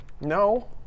No